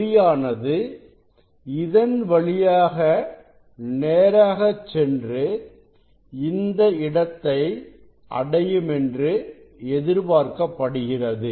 ஒளியானது இதன் வழியாக நேராகச் சென்று இந்த இடத்தை அடையும் என்று எதிர்பார்க்கப்படுகிறது